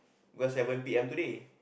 worse seven P_M today